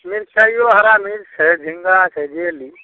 मिरचायो हरा मिर्च छै झिङ्गा छै जे ली